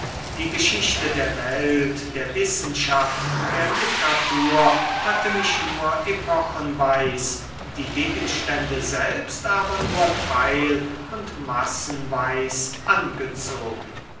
die geschichte der welt der wissenschaften der literatur hatte mich nur epochenweis die gegenstände selbst aber nur teil und massenweis angezogen